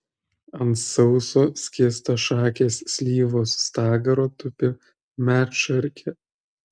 ant sauso skėstašakės slyvos stagaro tupi medšarkė